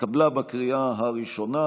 התקבלה בקריאה הראשונה,